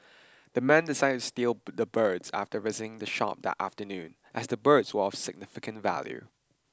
the men decided to steal but the birds after visiting the shop that afternoon as the birds were of significant value